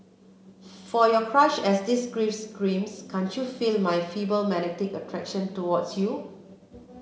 for your crush as this gift screams can't you feel my feeble magnetic attraction towards you